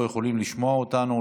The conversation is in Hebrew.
לא יכולים לשמוע אותנו,